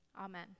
Amen